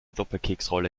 doppelkeksrolle